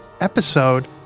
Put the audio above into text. episode